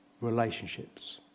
relationships